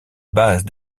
base